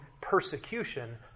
persecution